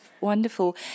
wonderful